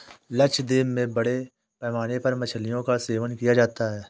लक्षद्वीप में बड़े पैमाने पर मछलियों का सेवन किया जाता है